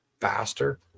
faster